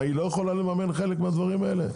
היא לא יכולה לממן חלק מהדברים האלה?